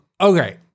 okay